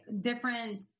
different